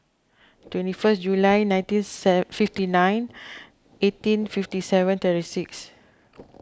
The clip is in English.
twenty first July nineteen fifty nine eighteen fifty seven thirty six